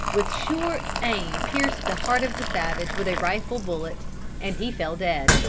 with sure aim pierced the heart of the savage with a rifle bullet and he fell dead.